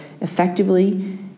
effectively